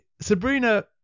Sabrina